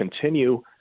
continue